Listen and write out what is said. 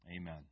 Amen